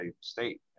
state